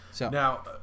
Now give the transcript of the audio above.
Now